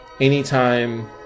anytime